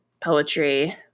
poetry